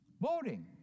Voting